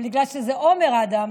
אבל בגלל שזה עומר אדם,